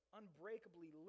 unbreakably